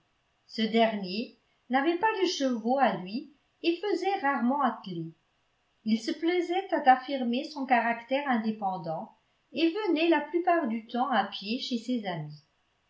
ce dernier n'avait pas de chevaux à lui et faisait rarement atteler il se plaisait à affirmer son caractère indépendant et venait la plupart du temps à pied chez ses amis